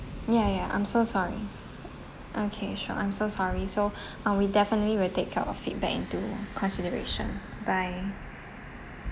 ya ya I'm so sorry okay sure I'm so sorry so uh we definitely will take your feedback into consideration bye